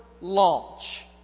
launch